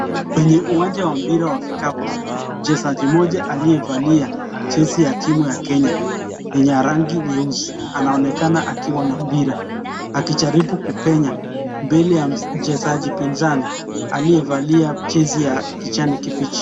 Kwenye uwanja wa mpira wa kikapu, mchezaji moja aliyevalia jezi ya timu ya Kenya, yenye rangi nyeusi, anaonekana akiwa na mpira, akijaribu kupenya mbele ya mchezaji mpinzani, aliyevalia jezi ya kijani kibici.